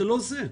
זה לא זה?